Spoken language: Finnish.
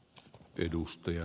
herra puhemies